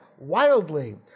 wildly